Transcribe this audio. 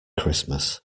christmas